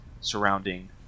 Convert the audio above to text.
surrounding